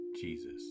Jesus